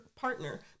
partner